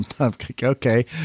Okay